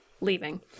leaving